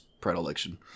predilection